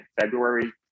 February